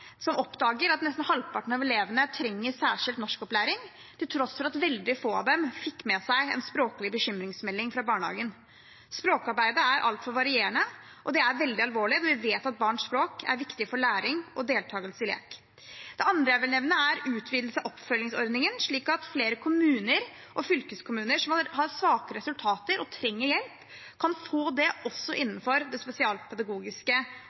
som oppdager at nesten halvparten av elevene trenger særskilt norskopplæring til tross for at veldig få av dem fikk med seg en språklig bekymringsmelding fra barnehagen. Språkarbeidet er altfor varierende, og det er veldig alvorlig når vi vet at barns språk er viktig for læring og deltakelse i lek. Det andre jeg vil nevne, er utvidelse av oppfølgingsordningen, slik at flere kommuner og fylkeskommuner som har svake resultater og trenger hjelp, kan få det også innenfor det spesialpedagogiske